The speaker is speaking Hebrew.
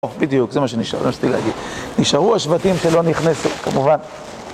או, בדיוק, זה מה שנשאר, רציתי להגיד, נשארו השבטים שלא נכנסת, כמובן